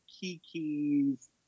Kiki's